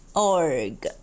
org